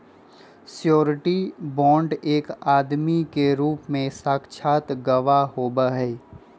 surety bond एक आदमी के रूप में साक्षात गवाह होबा हई